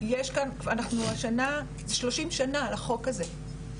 30 שנה לחוק הזה,